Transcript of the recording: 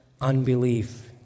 unbelief